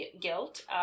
guilt